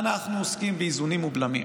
אנחנו עוסקים באיזונים ובלמים.